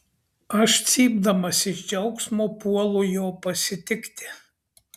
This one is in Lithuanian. aš cypdamas iš džiaugsmo puolu jo pasitikti